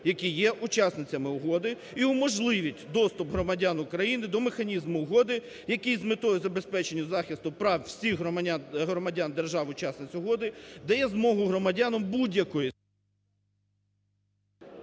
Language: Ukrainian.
які є учасницями угоди і уможливить доступ громадян України до механізму угоди, який з метою забезпечення захисту прав всіх громадян держав-учасниць угоди дає змогу громадянам будь-якої…